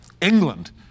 England